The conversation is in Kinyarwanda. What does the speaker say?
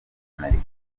amerika